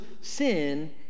sin